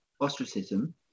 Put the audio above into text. ostracism